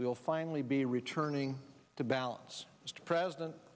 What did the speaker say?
we'll finally be returning to balance mr president